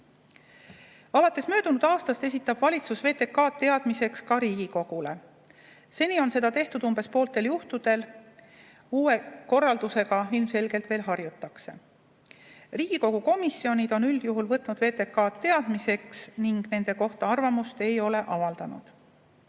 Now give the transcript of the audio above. Alates möödunud aastast esitab valitsus VTK‑d teadmiseks ka Riigikogule. Seni on seda tehtud umbes pooltel juhtudel. Uue korraldusega ilmselgelt veel harjutakse. Riigikogu komisjonid on üldjuhul võtnud VTK‑d teadmiseks ning nende kohta arvamust ei ole avaldanud. Nüüd